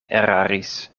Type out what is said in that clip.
eraris